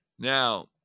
Now